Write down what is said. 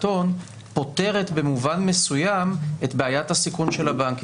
הון פותרת במובן מסוים את בעיית הסיכון של הבנק,